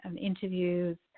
interviews